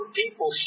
people